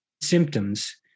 symptoms